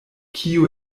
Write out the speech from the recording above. kiu